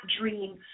dream